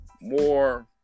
more